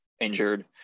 injured